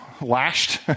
lashed